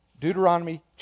Deuteronomy